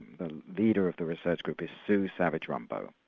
the leader of the research group is sue savage-rumbaugh.